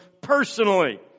personally